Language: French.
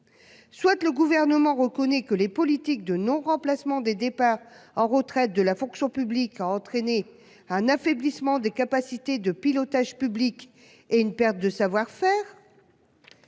Souhaite le gouvernement reconnaît que les politiques de non remplacement des départs en retraite de la fonction publique entraîner un affaiblissement des capacités de pilotage public et une perte de savoir-faire.